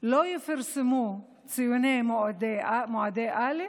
לא יפורסמו ציוני מועדי א',